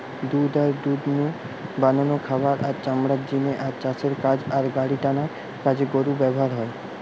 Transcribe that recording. দুধ আর দুধ নু বানানো খাবার, আর চামড়ার জিনে আর চাষের কাজ আর গাড়িটানার কাজে গরু ব্যাভার হয়